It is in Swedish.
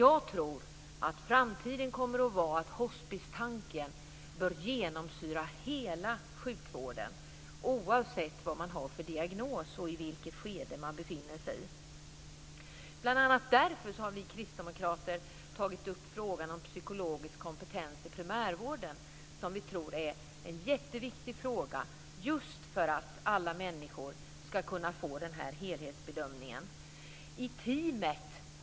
I framtiden tror jag att hospistanken kommer att genomsyra hela sjukvården, oavsett vilken diagnos man har och i vilket skede man befinner sig. Bl.a. därför har vi kristdemokrater tagit upp frågan om psykologisk kompetens i primärvården. Vi tror att det är en jätteviktig fråga just för att alla människor ska kunna få den här helhetsbedömningen.